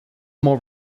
more